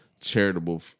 charitable